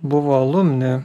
buvo alumne